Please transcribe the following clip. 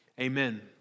Amen